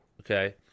Okay